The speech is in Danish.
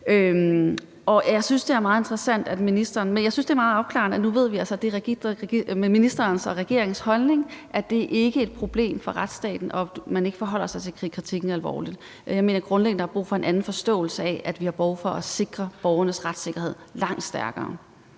Jeg synes, det er meget afklarende, for nu ved vi altså, at det er ministeren og regeringens holdning, at det ikke er et problem for retsstaten, og at man ikke forholder sig til kritikken alvorligt. Jeg mener, at der grundlæggende er brug for en anden forståelse af, at vi har behov for at sikre, at borgernes retssikkerhed er langt stærkere.